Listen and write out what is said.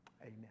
Amen